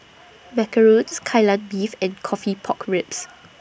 Macarons Kai Lan Beef and Coffee Pork Ribs